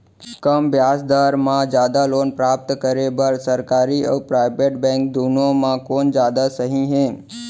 कम ब्याज दर मा जादा लोन प्राप्त करे बर, सरकारी अऊ प्राइवेट बैंक दुनो मा कोन जादा सही हे?